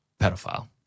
pedophile